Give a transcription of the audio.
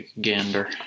Gander